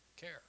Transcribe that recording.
care